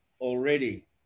already